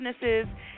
businesses